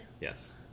Yes